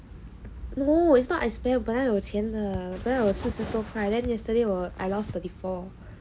no it's not I spend 本来有钱的本来有四十多块 then yesterday I lost thirty four